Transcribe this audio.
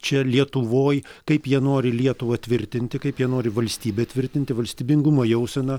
čia lietuvoj kaip jie nori lietuvą tvirtinti kaip jie nori valstybę įtvirtinti valstybingumo jauseną